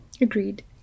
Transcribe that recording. Agreed